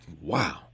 Wow